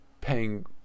paying